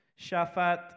Shaphat